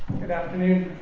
good afternoon.